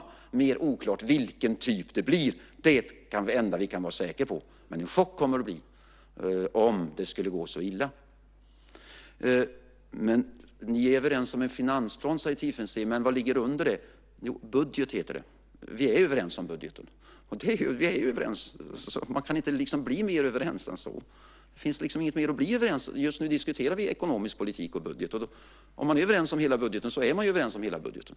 Det är mer oklart vilken typ det blir. Det är det enda vi kan vara säkra på: En chock kommer det att bli om det skulle gå så illa. Ni är överens om en finansplan, säger Tiefensee. Men vad ligger under det? Jo, budget heter det. Vi är överens om budgeten. Vi är ju överens om den. Man kan inte bli mer överens än så. Det finns liksom inget mer att bli överens om. Just nu diskuterar vi ekonomisk politik och budget. Om man är överens om hela budgeten så är man ju överens om hela budgeten.